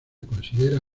considera